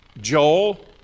Joel